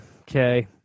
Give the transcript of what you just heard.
Okay